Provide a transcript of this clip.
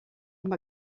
amb